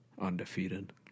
undefeated